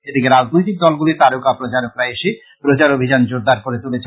এদিকে রাজনৈতিক দলগুলির তারকা প্রচারকরা এসে প্রচার অভিযান জোরদার করে তুলেছেন